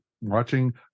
watching